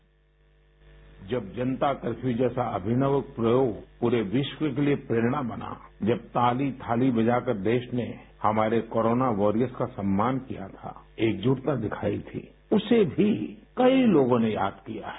sound bite जब जनता curfew जैसा अभिनव प्रयोग पूरे विश्व के लिए प्रेरणा बना जब ताली थाली बजाकर देश ने हमारे कोरोना वारियर्स का सम्मान किया था एकजुटता दिखाई थी उसे भी कई लोगों ने याद किया है